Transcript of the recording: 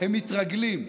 הם מתרגלים.